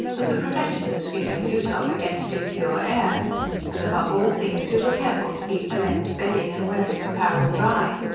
were the preventives we made use of against impure air and above all things we were careful to keep the men's bedding and wearing apparel dry.